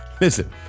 Listen